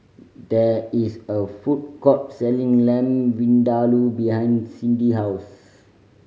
there is a food court selling Lamb Vindaloo behind Cindy house